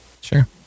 Sure